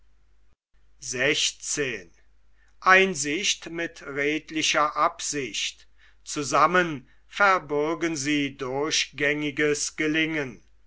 zusammen verbürgen sie durchgängiges gelingen